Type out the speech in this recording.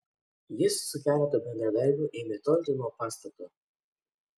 jis su keletu bendradarbių ėmė tolti nuo pastato